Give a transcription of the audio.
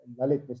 Lalit